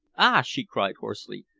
ah! she cried hoarsely.